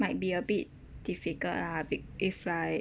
might be a bit difficult lah be~ if like